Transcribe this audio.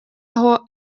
aho